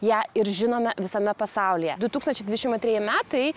ją ir žinome visame pasaulyje du tūkstančiai dvidešim antrieji metai